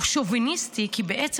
הוא שוביניסטי כי בעצם